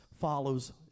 follows